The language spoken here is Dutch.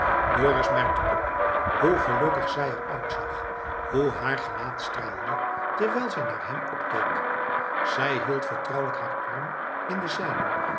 dorus merkte op hoe gelukkig zij er uitzag hoe haar gelaat straalde terwijl zij naar hem opkeek zij hield vertrouwelijk haar arm in den zijnen